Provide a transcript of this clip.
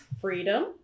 freedom